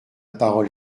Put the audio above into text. parole